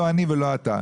לא אני ולא אתה.